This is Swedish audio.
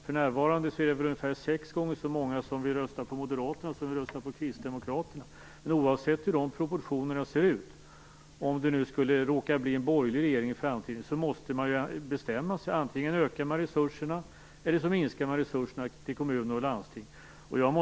För närvarande är det ungefär sex gånger så många som vill rösta på Moderaterna än som vill rösta på Kristdemokraterna. Oavsett hur de proportionerna ser ut - om det nu skulle råka bli en borgerlig regering i framtiden - måste man bestämma sig. Antingen ökar man resurserna eller så minskar man resurserna till kommuner och landsting.